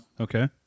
Okay